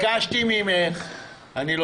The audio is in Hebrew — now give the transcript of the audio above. ביקשתי ממך וגם